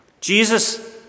Jesus